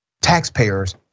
taxpayers